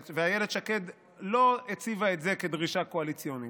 ואילת שקד לא הציבה את זה כדרישה קואליציונית.